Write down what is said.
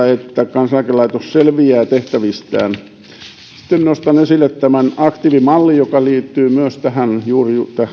kansaneläkelaitos selviää tehtävistään sitten nostan esille aktiivimallin joka liittyy myös juuri